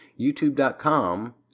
...youtube.com